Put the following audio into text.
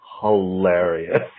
Hilarious